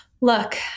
Look